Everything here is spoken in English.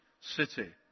city